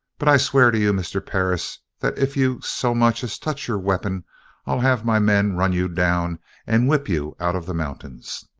but i swear to you, mr. perris, that if you so much as touch your weapon i'll have my men run you down and whip you out of the mountains!